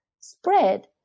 spread